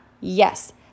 Yes